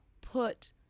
put